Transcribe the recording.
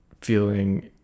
feeling